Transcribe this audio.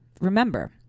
Remember